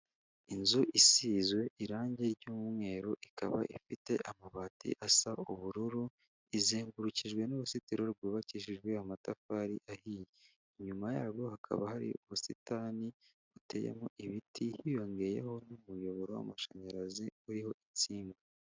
Inzu isizwe irange ry'umweru ikaba ifite amabati asa ubururu, izengurukijwe n'uruzitiro rwubakishijwe amatafari ahiye; inyuma yarwo hakaba hari ubusitani buteyemo ibiti hiyongeyeho n'umuyoboro w'amashanyarazi uriho insinga.